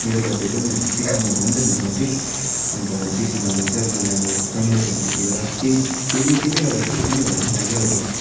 मेरो बर्थडे पनि दिसम्बरमा हो नि त मेरो बर्थडे अन्त दिसम्बरमा चाहिँ मलाई अब जन्मेको म अब त्यति बेला त्यही त्यही नै त्यसले गर्दाखेरि पनि होला मलाई के अब